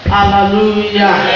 Hallelujah